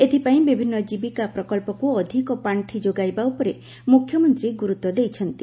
ଏଥିପାଇଁ ବିଭିନ୍ନ ଜୀବିକା ପ୍ରକବ୍ବକୁ ଅଧିକ ପାଶ୍ ଯୋଗାଇବା ଉପରେ ମୁଖ୍ୟମନ୍ତୀ ଗୁରୁତ୍ୱ ଦେଇଛନ୍ତି